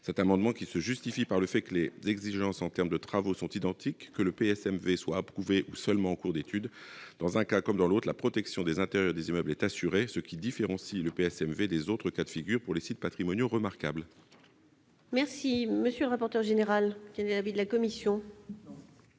Cet aménagement se justifie par le fait que les exigences en termes de travaux sont identiques, que le PSMV soit approuvé ou seulement en cours d'étude. Dans un cas comme dans l'autre, la protection des intérieurs des immeubles est assurée, ce qui différencie le PSMV des autres cas de figure pour les sites patrimoniaux remarquables. Quel est l'avis de la commission ?